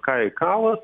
kajai kallas